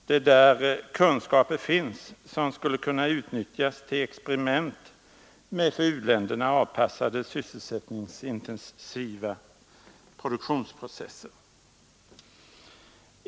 Det är där kunskaper finns som skulle kunna utnyttjas för experiment med för u-länderna avpassade sysselsättningsintensiva produktionsprocesser.